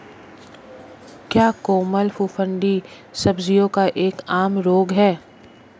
क्या कोमल फफूंदी सब्जियों का एक आम रोग है?